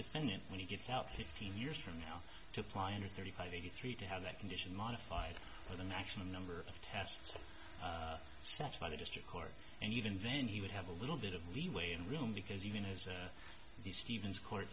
defendant when he gets out his teen years from now to apply under thirty five eighty three to have that condition modified with an actual number of tests such by the district court and even then he would have a little bit of leeway and room because even as he stephens court